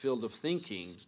field of thinking